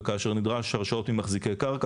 וכאשר נדרש הרשאות ממחזיקי קרקע,